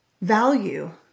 value